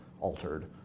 altered